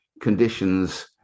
conditions